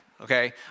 Okay